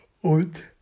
Und